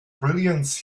brilliance